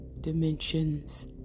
dimensions